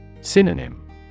Synonym